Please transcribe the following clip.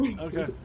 okay